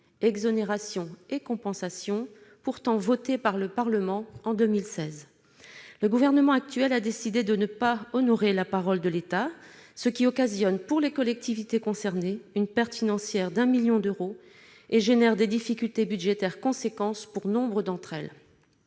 zone du PIG, compensation pourtant décidée par le Parlement en 2016. Le gouvernement actuel a décidé de ne pas honorer la parole de l'État, ce qui occasionne, pour les collectivités concernées, une perte financière d'un million d'euros et engendre des difficultés budgétaires importantes pour nombre d'entre elles.